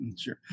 Sure